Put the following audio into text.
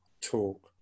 talk